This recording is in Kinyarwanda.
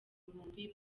bihumbi